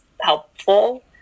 helpful